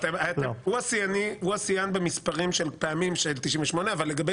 הוא השיאן במספרים של הפעמים של 98 אבל לגבי